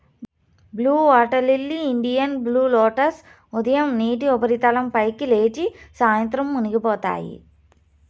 blue water lily, Indian blue lotus ఉదయం నీటి ఉపరితలం పైకి లేచి, సాయంత్రం మునిగిపోతాయి